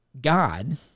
God